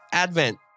Advent